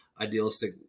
idealistic